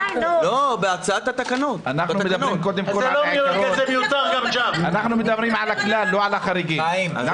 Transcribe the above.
--- אנחנו מדברים על הכלל, לא על החריגים.